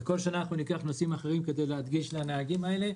בכל שנה ניקח נושאים אחרים כדי להדגיש לנהגים האלה.